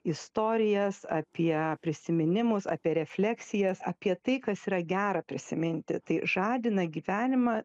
istorijas apie prisiminimus apie refleksijas apie tai kas yra gera prisiminti tai žadina gyvenimą